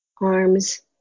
arms